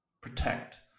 protect